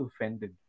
offended